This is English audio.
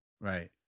right